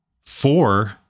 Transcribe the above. four